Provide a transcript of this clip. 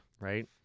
Right